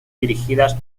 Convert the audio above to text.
dirigidas